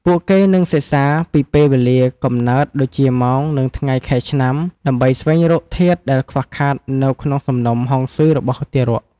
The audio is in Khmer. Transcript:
ពួកគេនឹងសិក្សាពីពេលវេលាកំណើត ដូចជា ម៉ោង និងថ្ងៃខែឆ្នាំ ដើម្បីស្វែងរកធាតុដែលខ្វះខាតនៅក្នុងសំណុំហុងស៊ុយរបស់ទារក។